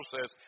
says